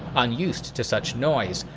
unused to such noise,